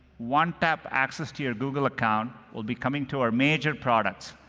one-tap access to your google account will be coming to our major products,